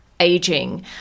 aging